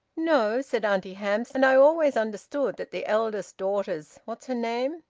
no, said auntie hamps. and i always understood that the eldest daughter's what's her name?